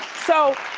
so,